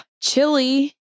Chili